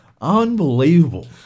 Unbelievable